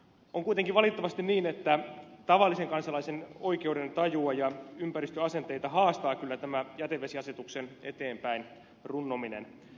on kuitenkin valitettavasti niin että tavallisen kansalaisen oikeudentajua ja ympäristöasenteita haastaa kyllä tämä jätevesiasetuksen eteenpäin runnominen